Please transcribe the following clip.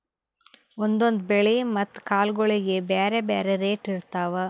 ಒಂದೊಂದ್ ಬೆಳಿ ಮತ್ತ್ ಕಾಳ್ಗೋಳಿಗ್ ಬ್ಯಾರೆ ಬ್ಯಾರೆ ರೇಟ್ ಇರ್ತವ್